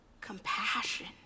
Compassion